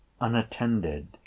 unattended